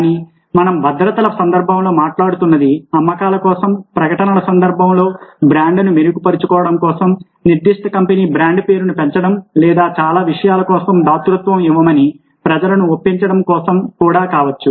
కానీ మనం భధ్రతల సందర్భంలో మాట్లాడుకున్నది అమ్మకాల కోసం ప్రకటనల సందర్భంలో బ్రాండ్ ను మెరుగుపరచడం కోసం నిర్దిష్ట కంపెనీ బ్రాండ్ పేరును పెంచడం లేదా చాలా విషయాల కోసం దాతృత్వం ఇవ్వమని ప్రజలను ఒప్పించడం కోసం కూడా కావచ్చు